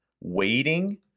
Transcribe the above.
waiting